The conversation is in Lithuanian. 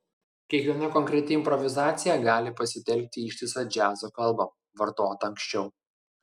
kiekviena konkreti improvizacija gali pasitelkti ištisą džiazo kalbą vartotą anksčiau